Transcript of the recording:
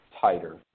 tighter